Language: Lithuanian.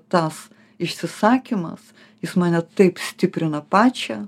tas išsisakymas jis mane taip stiprina pačią